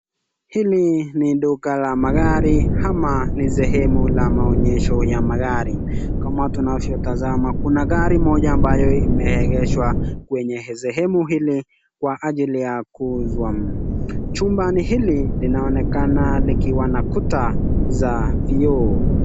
Hili ni duka la magari ama ni sehemu la maonyesho ya magari. Kama tunavyotazama kuna gari moja ambayo imeegezwa kwenye sehemu hili kwa ajili ya kuuzwa. Chumbani hili kunaonekana likiwa na kuta za kioo.